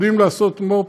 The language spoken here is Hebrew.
יודעים לעשות מו"פ,